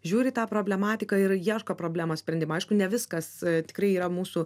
žiūri į tą problematiką ir ieško problemos sprendimo aišku ne viskas tikrai yra mūsų